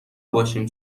باشیم